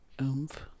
oomph